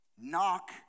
Knock